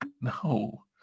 No